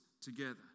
together